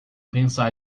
pensar